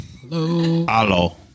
Hello